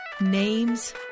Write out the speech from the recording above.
Names